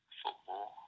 football